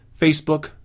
Facebook